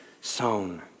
sown